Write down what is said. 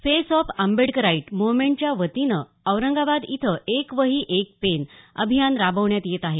face of Ambedkarite मुव्हमेंटच्या वतीनं औरंगाबाद इथं एक वही एक पेन अभियान राबवण्यात येत आहे